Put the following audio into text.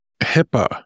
HIPAA